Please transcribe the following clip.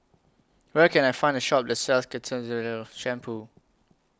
Where Can I Find A Shop that sells Ketoconazole Shampoo